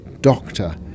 doctor